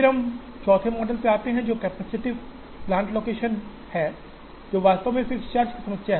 फिर हम 4 वें मॉडल पर जाते हैं जो कैपेसिटिव प्लांट लोकेशन मॉडल है जो वास्तव में फिक्स्ड चार्ज की समस्या है